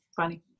funny